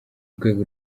rwego